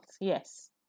Yes